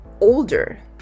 older